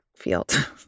Field